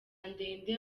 ndende